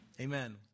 Amen